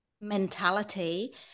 mentality